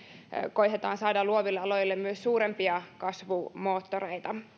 koetetaan saada luoville aloille suurempia kasvumoottoreita